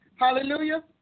Hallelujah